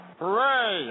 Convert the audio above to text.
Hooray